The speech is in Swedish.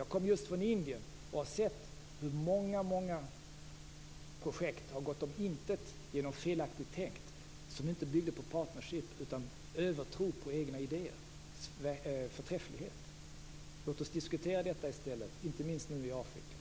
Jag har just kommit hem från Indien och har sett hur väldigt många projekt, som inte byggde på partnerskap utan övertro på egna idéers förträfflighet, har gått om intet. Låt oss diskutera detta i stället, inte minst när det gäller Afrika.